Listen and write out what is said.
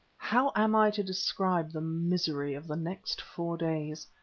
how am i to describe the misery of the next four days?